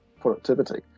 productivity